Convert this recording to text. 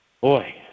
boy